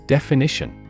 Definition